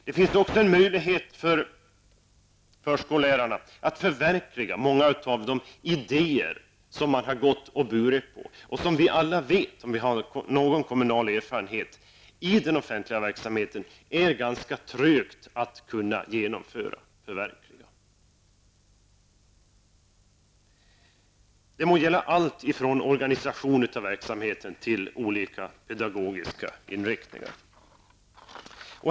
Det finns också möjlighet för förskolelärarna att förverkliga många av de idéer som de har gått och burit på. Alla som har någon kommunal erfarenhet vet att det är ganska trögt att kunna genomföra och förverkliga sådant i den offentliga verksamheten. Det må gälla allt ifrån organisation av verksamheten till olika pedagogiska inriktningar.